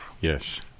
Yes